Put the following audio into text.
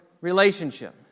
relationship